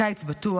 קיץ בטוח.